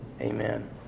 Amen